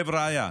חבריא,